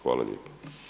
Hvala lijepa.